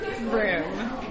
room